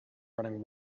running